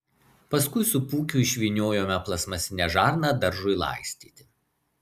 paskui su pūkiu išvyniojame plastmasinę žarną daržui laistyti